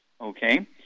okay